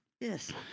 Yes